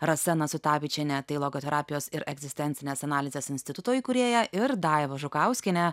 rasa nasutavičiene tai logoterapijos ir egzistencinės analizės instituto įkūrėja ir daiva žukauskiene